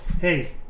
Hey